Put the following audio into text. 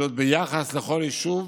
ביחס לכל יישוב